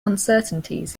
uncertainties